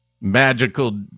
magical